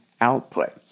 output